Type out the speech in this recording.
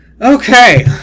Okay